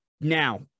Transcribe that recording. Now